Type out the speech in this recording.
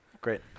Great